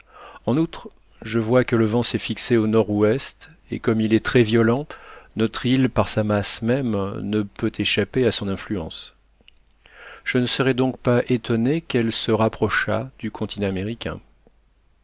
en outre je vois que le vent s'est fixé au nord-ouest et comme il est très violent notre île par sa masse même ne peut échapper à son influence je ne serais donc pas étonné qu'elle se rapprochât du continent américain